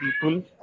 people